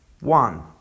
one